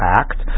act